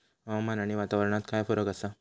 हवामान आणि वातावरणात काय फरक असा?